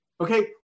Okay